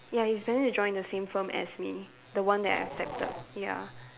ya he's planning to join the same firm as me the one that I accepted ya